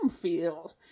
feel